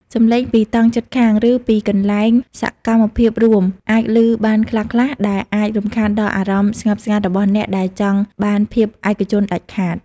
សំឡេងពីតង់ជិតខាង ឬពីកន្លែងសកម្មភាពរួម អាចលឺបានខ្លះៗ ដែលអាចរំខានដល់អារម្មណ៍ស្ងប់ស្ងាត់របស់អ្នកដែលចង់បានភាពឯកជនដាច់ខាត។